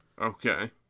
Okay